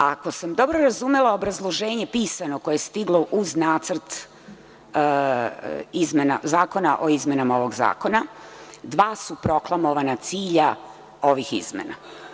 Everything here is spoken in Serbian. Ako sam dobro razumela obrazloženje pisano koje je stiglo uz nacrt izmena o izmenama ovog zakona, dva su proklamovana cilja ovih izmena.